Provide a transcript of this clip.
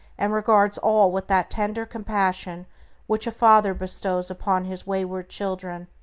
and regards all with that tender compassion which a father bestows upon his wayward children.